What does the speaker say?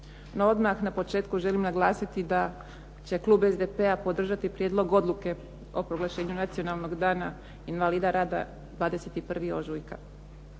No odmah na početku želim naglasiti da će klub SDP-a podržati prijedlog odluke o proglašenju nacionalnog dana invalida rada 21. ožujka.